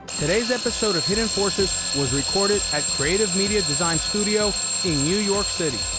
today's episode of hidden forces was recorded at creative media design studio in new york city.